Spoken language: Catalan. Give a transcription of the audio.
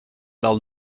del